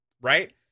right